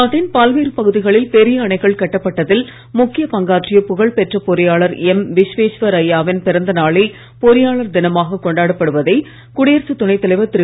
நாட்டின் பல்வேறு பகுதிகளில் பெரிய அணைகள் கட்டப்பட்டதில் முக்கிய பங்காற்றிய புகழ்பெற்ற பொறியாளர் எம் விஸ்வேஸ்வரய்யா வின் பிறந்த நாளே பொறியாளர் தினமாக கொண்டாடப்படுவதை குடியரசு துணை தலைவர் திரு